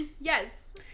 Yes